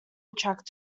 attract